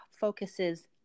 focuses